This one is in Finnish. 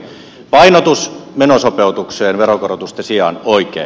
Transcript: painotus menosopeutukseen veronkorotusten sijaan oikein